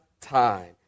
time